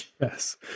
Yes